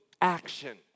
action